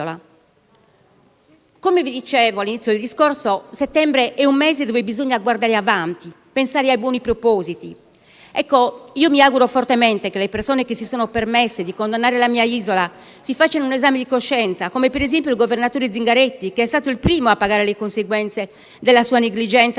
Come dicevo all'inizio del discorso, colleghi, settembre è un mese in cui bisogna guardare avanti e pensare ai buoni propositi. Mi auguro dunque fortemente che le persone che si sono permesse di condannare la mia isola, si facciano un esame di coscienza, come per esempio il governatore Zingaretti, che è stato il primo a pagare le conseguenze della sua negligenza nei confronti della pandemia,